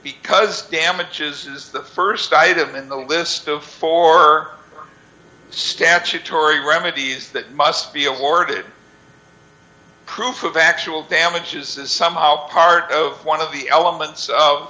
because damages is the st item in the list of four statutory remedies that must be awarded proof of actual damages is somehow part of one of the elements of